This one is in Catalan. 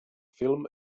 film